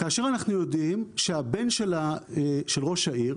כאשר אנחנו יודעים שהבן של ראש העיר